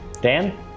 Dan